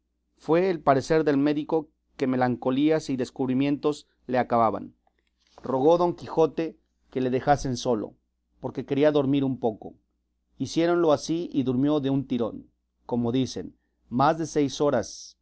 fue el parecer del médico que melancolías y desabrimientos le acababan rogó don quijote que le dejasen solo porque quería dormir un poco hiciéronlo así y durmió de un tirón como dicen más de seis horas